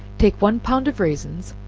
take one pound of raisins,